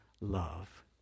love